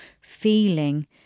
feeling